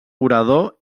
orador